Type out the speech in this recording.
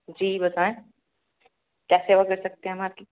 جی بتائیں کیا سیوا کر سکتے ہیں ہم آپ کی